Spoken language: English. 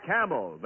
Camel